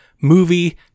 movie